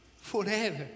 forever